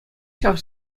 ҫав